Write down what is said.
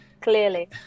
Clearly